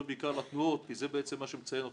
על התנועות כי זה בעצם מה שמייחד אותן.